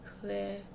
clear